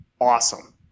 Awesome